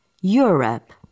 Europe